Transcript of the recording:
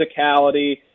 physicality